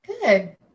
good